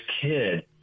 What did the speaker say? kid